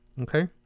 Okay